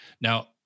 Now